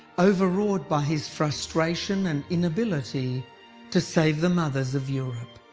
overawed by his frustration and inability to save the mothers of europe.